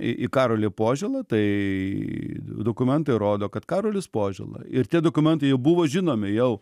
į karolį požėlą tai dokumentai rodo kad karolis požela ir tie dokumentai buvo žinomi jau